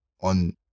on